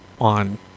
on